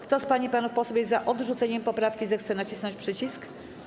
Kto z pań i panów posłów jest za odrzuceniem poprawki, zechce nacisnąć przycisk.